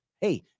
hey